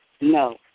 No